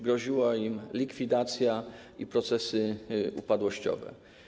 Groziła im likwidacja i procesy upadłościowe.